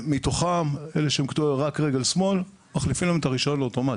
ומתוכם אלה שהם קטועי רק רגל שמאל מחליפים להם את הרישיון לאוטומט,